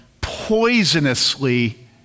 poisonously